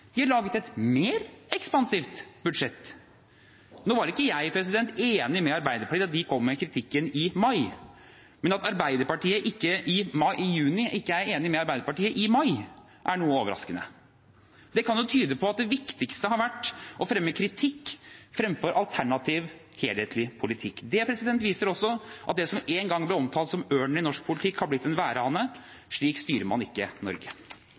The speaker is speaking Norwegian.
de har laget et mer ekspansivt budsjett. Nå var ikke jeg enig med Arbeiderpartiet da de kom med kritikken i mai, men at Arbeiderpartiet i juni ikke er enig med Arbeiderpartiet i mai, er noe overraskende. Det kan jo tyde på at det viktigste har vært å fremme kritikk, fremfor en alternativ, helhetlig politikk. Det viser også at det som en gang ble omtalt som ørnen i norsk politikk, har blitt til en værhane. Slik styrer man ikke Norge.